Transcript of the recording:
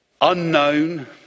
unknown